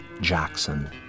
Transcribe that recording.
Jackson